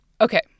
Okay